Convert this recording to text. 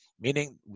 meaning